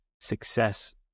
Success